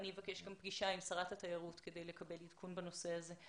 אני גם אבקש פגישה עם שרת התיירות כדי לקבל עדכון בנושא הזה.